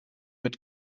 mit